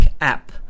app